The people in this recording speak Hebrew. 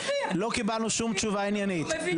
לא קיבלנו שום תשובה עניינית.